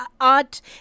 art